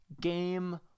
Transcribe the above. game